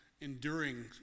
Enduring